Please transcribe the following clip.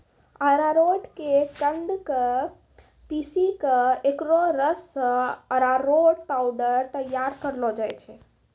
अरारोट के कंद क पीसी क एकरो रस सॅ अरारोट पाउडर तैयार करलो जाय छै